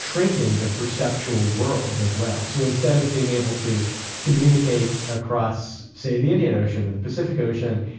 shrinking the perceptual world of whales. so instead of being able to communicate across, say, the indian ocean or the pacific ocean,